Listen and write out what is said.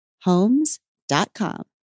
Homes.com